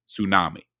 tsunami